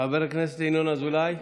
אינו נוכח, חבר הכנסת ינון אזולאי,